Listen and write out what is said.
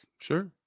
Sure